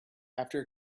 after